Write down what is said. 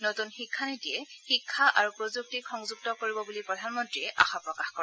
নতুন শিক্ষানীতিয়ে শিক্ষা আৰু প্ৰযুক্তিক সংযুক্ত কৰিব বুলি প্ৰধানমন্ত্ৰীয়ে আশাপ্ৰকাশ কৰে